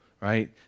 right